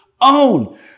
own